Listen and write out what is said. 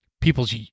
people's